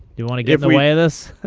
you want to give them by us.